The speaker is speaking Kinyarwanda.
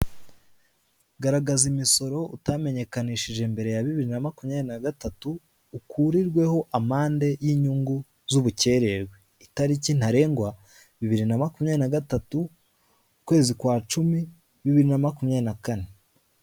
Garagaza imisoro utamenyekanishije mbere ya bibiri na makumyabiri na gatatu ukurirweho amande y'inyungu z'ubukererwe, itariki ntarengwa bibiri na makumyabiri na gatatu, ukwezi kwa cumi bibiri na makumyabiri na kane.